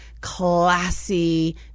classy